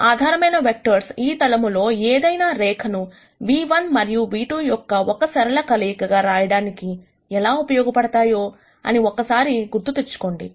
ఆధారమైన వెక్టర్స్ ఈ తలములో ఏదైనా రేఖ ను v1 మరియు v2 యొక్క ఒక సరళ కలయిక రాయడానికి ఎలా ఉపయోగపడతాయో అని ఒకసారి గుర్తు తెచ్చుకోండి